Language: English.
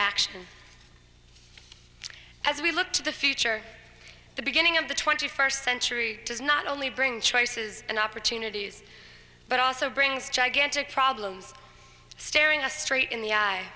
action as we look to the future the beginning of the twenty first century does not only bring choices and opportunities but also brings gigantic problems staring us straight in the eye